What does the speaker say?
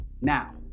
Now